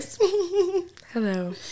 Hello